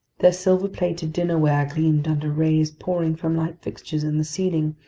there silver-plated dinnerware gleamed under rays pouring from light fixtures in the ceiling,